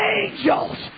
angels